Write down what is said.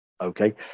Okay